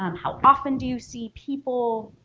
um how often do you see people?